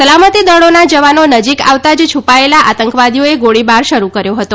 સલામતી દળોના જવાનો નજીક આવતા જ છુપાયેલા આતંકવાદીઓએ ગોળીબાર શરૂ કર્યો હતો